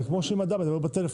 זה כמו אדם שמדבר בטלפון.